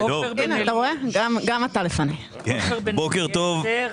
בוקר טוב.